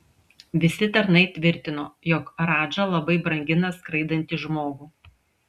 visi tarnai tvirtino jog radža labai brangina skraidantį žmogų